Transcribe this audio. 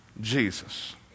Jesus